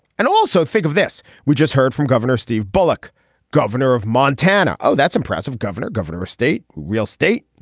and also think of this. we just heard from governor steve bullock governor of montana. oh that's impressive governor governor of a state real state.